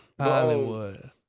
Hollywood